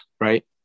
right